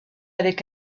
avec